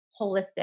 holistic